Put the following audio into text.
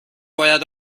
باید